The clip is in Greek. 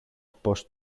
πώς